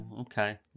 Okay